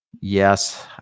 Yes